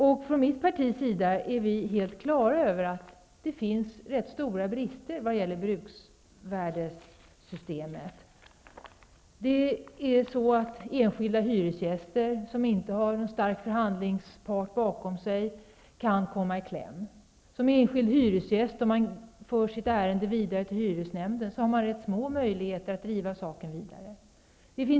Vi i Vänsterpartiet är helt klara över att det finns många rätt stora brister i bruksvärdessystemet. Enskilda hyresgäster som inte har en stark förhandlingspart bakom sig kan komma i kläm. Om den enskilde hyresgästen för sitt ärende vidare till hyresnämnden är möjligheterna att driva saken vidare rätt små.